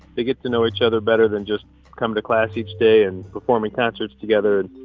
they get to know each other better than just coming to class each day and performing concerts together.